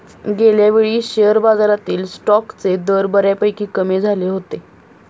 गेल्यावेळी शेअर बाजारातील स्टॉक्सचे दर बऱ्यापैकी कमी झाले होते